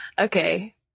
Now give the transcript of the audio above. Okay